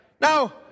Now